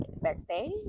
backstage